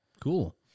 Cool